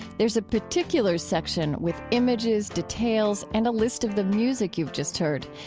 there's a particulars section with images, details, and a list of the music you've just heard.